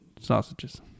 sausages